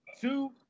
Two